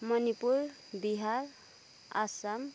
Manipur Bihar Assam